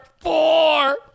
four